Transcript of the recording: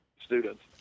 students